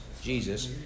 Jesus